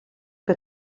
que